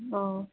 অঁ